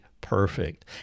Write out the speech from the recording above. perfect